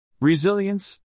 Resilience